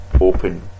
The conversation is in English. open